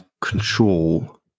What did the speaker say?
control